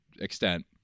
extent